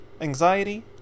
anxiety